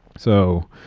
so,